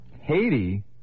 Haiti